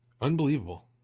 Unbelievable